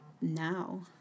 now